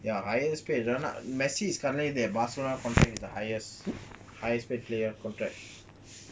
ya highest paid messi is currently the barcelona contract is the highest highest paid player contract